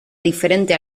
diferente